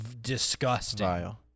disgusting